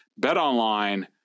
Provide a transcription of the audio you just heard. BetOnline